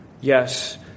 Yes